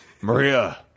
Maria